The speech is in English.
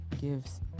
gives